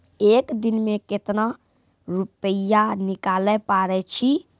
एक दिन मे केतना रुपैया निकाले पारै छी?